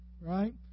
Right